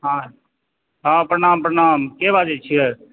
हँ हँ प्रणाम प्रणाम केँ बाजैत छियै